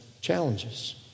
challenges